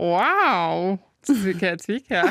o sveiki atvykę